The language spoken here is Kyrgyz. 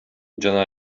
жана